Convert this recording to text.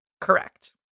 Correct